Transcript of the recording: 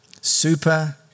Super